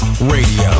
Radio